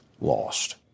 lost